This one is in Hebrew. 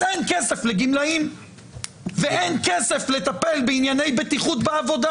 אז אין כסף לגמלאים ואין כסף לטפל בענייני בטיחות בעבודה.